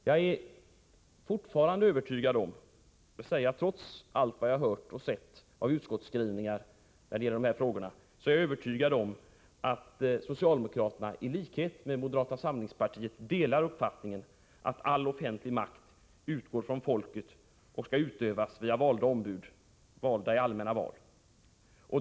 Jag är fortfarande övertygad om — trots allt vad jag har hört och sett av utskottsskrivningar i dessa frågor — att socialdemokraterna i likhet med moderata samlingspartiet har den uppfattningen att all offentlig makt skall utgå från folket och skall utövas via ombud, valda i allmänna val.